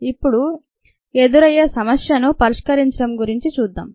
ఇప్పుడు ఎదురయ్యే సమస్య ను పరిష్కరించడం గురించి చూద్దాం